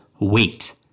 wait